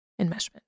Enmeshment